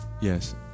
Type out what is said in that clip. Yes